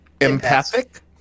empathic